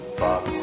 box